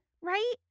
Right